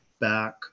back